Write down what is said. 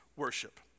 Worship